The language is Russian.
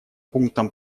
пунктом